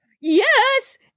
Yes